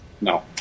no